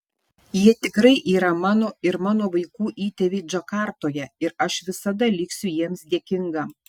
jie tikrai yra mano ir mano vaikų įtėviai džakartoje ir aš visada liksiu jiems dėkinga